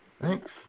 Thanks